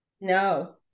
no